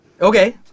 Okay